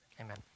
amen